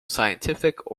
scientific